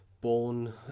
born